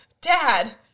dad